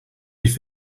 ready